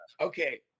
okay